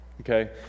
okay